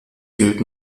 gilt